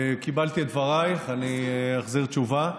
קיבלתי את דברייך, אני אחזיר תשובה.